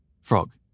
Frog